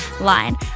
line